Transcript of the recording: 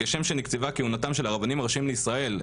כשם שנקצבה כהונתם של הרבנים הראשיים לישראל,